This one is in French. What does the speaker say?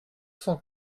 cent